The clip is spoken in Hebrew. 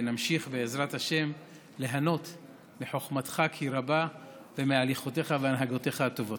ונמשיך בעזרת השם ליהנות מחוכמתך כי רבה ומהליכותיך והנהגותיך הטובות.